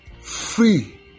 free